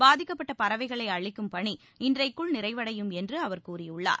பாதிக்கப்பட்ட பறவைகளை அழிக்கும் பணி இன்றைக்குள் நிறைவடையும் என்று அவர் கூறியுள்ளார்